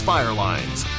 Firelines